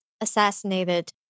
assassinated